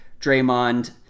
Draymond